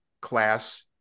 class